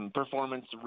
performance